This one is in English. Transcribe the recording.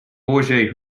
jorge